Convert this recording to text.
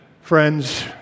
Friends